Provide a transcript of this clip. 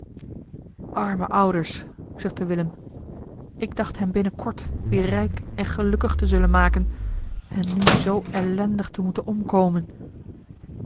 arme ouders zuchtte willem ik dacht hen binnenkort weer rijk en gelukkig te zullen maken en nu zoo ellendig te moeten omkomen